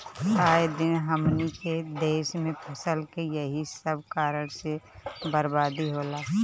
आए दिन हमनी के देस में फसल के एही सब कारण से बरबादी होला